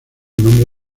nombre